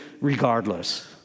regardless